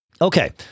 okay